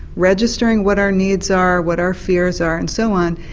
registering what our needs are, what our fears are, and so on,